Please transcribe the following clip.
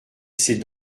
ses